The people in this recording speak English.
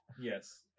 yes